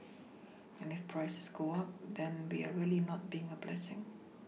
and if prices go up then we are really not being a blessing